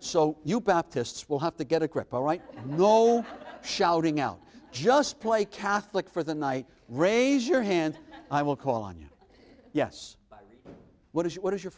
so you baptists will have to get a grip oh right no shouting out just play catholic for the night raise your hand i will call on you yes what is it what is your